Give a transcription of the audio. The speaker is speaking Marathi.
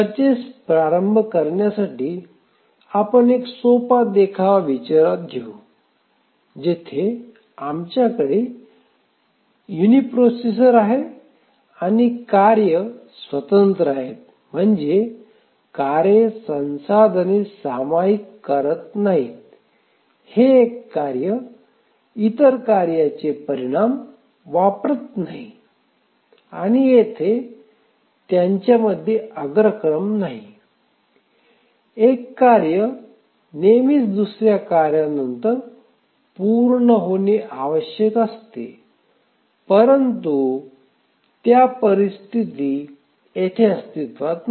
चर्चेस प्रारंभ करण्यासाठी आपण एक सोपा देखावा विचारात घेऊया जेथे आमच्याकडे युनिप्रोसेसर आहे आणि कार्ये स्वतंत्र आहेत म्हणजे कार्ये संसाधने सामायिक करत नाहीत हे एक कार्य इतर कार्येचे परिणाम वापरत नाही आणि येथे नाही अग्रक्रम नाही एका कार्य नेहमीच दुसर्या कार्यानंतर पूर्ण होणे आवश्यक असते परंतु त्या परिस्थिती येथे अस्तित्त्वात नाही